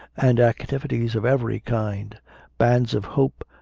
and activities of every kind bands of hope,